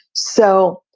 so,